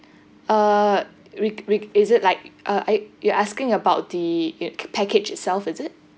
uh reg~ reg~ is it like uh are you you're asking about the i~ package itself is it